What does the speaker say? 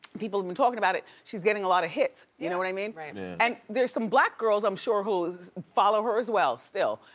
people have been talking about it. she is getting a lot of heat, you know what i mean? and, there are some black girls i'm sure, who'll follow her as well, still.